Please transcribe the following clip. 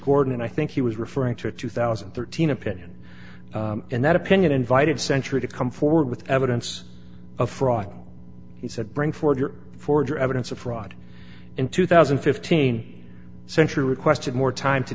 gordon i think he was referring to a two thousand and thirteen opinion and that opinion invited century to come forward with evidence of fraud he said bring forth your forger evidence of fraud in two thousand and fifteen century requested more time to